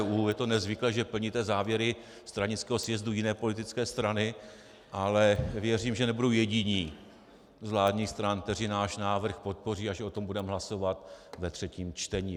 Je to nezvyklé, že plníte závěry stranického sjezdu jiné politické strany, ale věřím, že nebudou jediní z vládních stran, kteří náš návrh podpoří, až o tom budeme hlasovat ve třetím čtení.